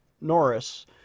Norris